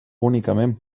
únicament